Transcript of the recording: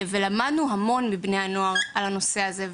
למדנו המון מבני הנוער על הנושא הזה.